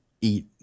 eat